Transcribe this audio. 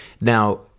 Now